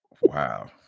Wow